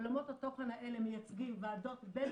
עולמות התוכן האלה מייצגים ועדות בין